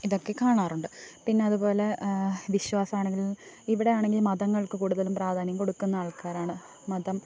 ഇതെക്കെ കാണാറുണ്ട് പിന്നെ അതുപോലെ വിശ്വാസമാണെങ്കിൽ ഇവിടെയാണെങ്കിൽ മതങ്ങൾക്ക് കൂടുതലും പ്രാധാന്യം കൊടുക്കുന്ന ആൾക്കാരാണ് മതം